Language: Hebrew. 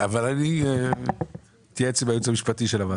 אבל אני אתייעץ עם היועץ המשפטי של הוועדה.